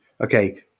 Okay